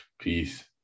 Peace